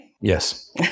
Yes